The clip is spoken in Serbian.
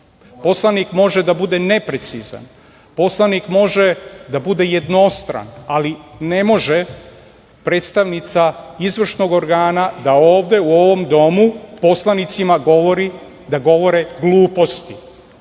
Poslanik može da bude neprecizan. Poslanik može da bude jednostran, ali ne može predstavnica izvršnog organa da ovde u ovom domu poslanicima govori da govore „gluposti“.Ako